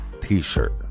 t-shirt